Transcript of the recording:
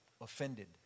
offended